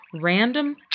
random